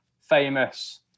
Famous